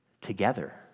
together